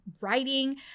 writing